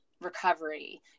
recovery